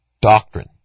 doctrine